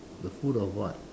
the food of what